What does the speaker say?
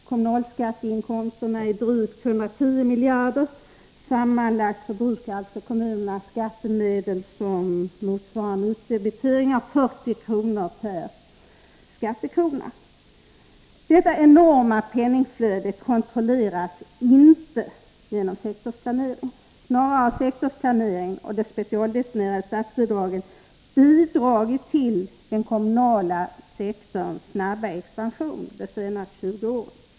Kommunalskatteinkomsterna är drygt 110 miljarder kronor. Sammanlagt förbrukar alltså kommunerna skattemedel som motsvarar en utdebitering av 40 kr. per skattekrona. Detta enorma penningflöde kontrolleras inte genom sektorsplanering. Snarare har sektorsplaneringen och de specialdestinerade statsbidragen bidragit till den kommunala sektorns snabba expansion de senaste 20 åren.